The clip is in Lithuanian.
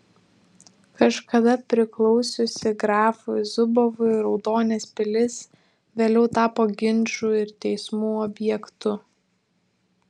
kažkada priklausiusi grafui zubovui raudonės pilis vėliau tapo ginčų ir teismų objektu